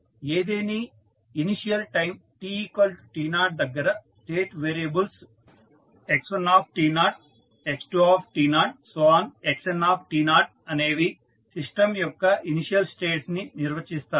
కాబట్టి ఏదేని initial time tt0 దగ్గర స్టేట్ వేరియబుల్స్ x1x2xn అనేవి సిస్టం యొక్క ఇనీషియల్ స్టేట్స్ ని నిర్వచిస్తాయి